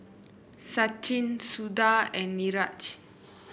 Sachin Suda and Niraj